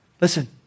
listen